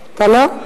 אתה לא?